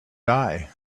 die